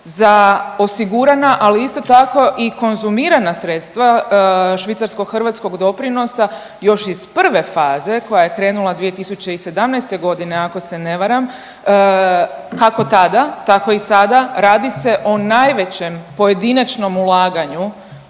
za osigurana, ali isto tako i konzumirana sredstva švicarsko-hrvatskog doprinosa još iz prve faze koja je krenula 2017. godine ako se ne varam. Kako tada, tako i sada radi se o najvećem pojedinačnom ulaganju